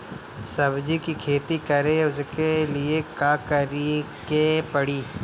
सब्जी की खेती करें उसके लिए का करिके पड़ी?